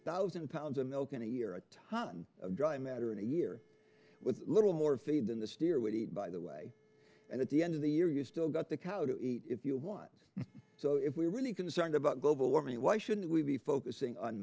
thousand pounds of milk in a year a ton of dry matter in a year with little more feed than the steer would eat by the way and at the end of the year you still got the cow to eat if you want so if we're really concerned about global warming why shouldn't we be focusing on